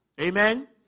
Amen